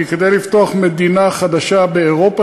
כי כדי לפתוח מדינה חדשה באירופה,